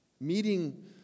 Meeting